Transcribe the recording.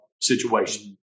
situation